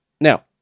Now